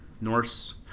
Norse